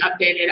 updated